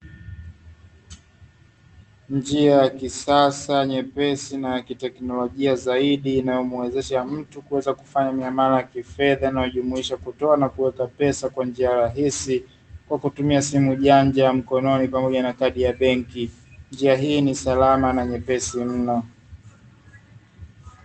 Njia ya kisasa nyepesi na ya kiteknolojia zaidi inamuezesha mtu kuweza kufanya miamala ya kifedha inayojumuisha kutoa na kuweka pesa kwa njia rahisi kwa kutumia simu janja ya mkononi pamoja na kadi ya benki, njia hii ni salama na nyepesi mno.